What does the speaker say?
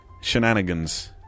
Shenanigans